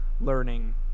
learning